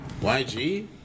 YG